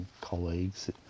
colleagues